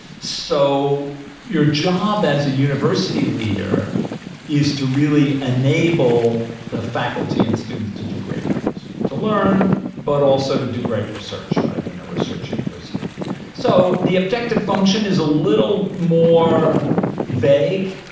so your job as a university leader is to really enable the faculty and students to do great things. to learn, but also to do great research right, in a research university so the objective function is a little more vague,